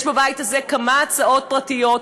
יש בבית הזה כמה הצעות פרטיות.